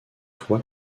toi